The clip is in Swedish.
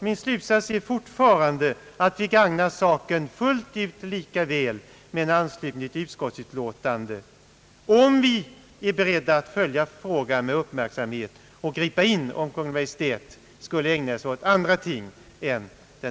Min slutsats är fortfarande att vi gagnar saken fullt ut lika väl med en anslutning till utskottsutlåtandet, om vi är beredda att följa frågan med uppmärksamhet och gripa in om Kungl. Maj:t skulle försumma den.